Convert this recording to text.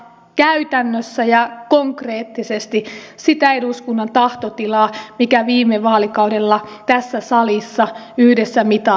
mutta hän kunnioittaa käytännössä ja konkreettisesti sitä eduskunnan tahtotilaa mikä viime vaalikaudella tässä salissa yhdessä mitattiin